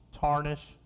tarnish